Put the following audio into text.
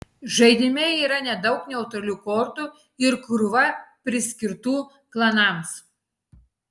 žaidime yra nedaug neutralių kortų ir krūva priskirtų klanams